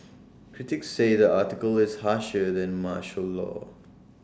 critics say the article is harsher than martial law